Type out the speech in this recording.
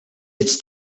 its